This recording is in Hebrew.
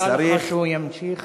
נראה לך שהוא ימשיך